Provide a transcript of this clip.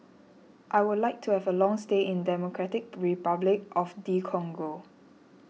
I would like to have a long stay in Democratic Republic of the Congo